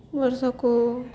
ବର୍ଷକୁ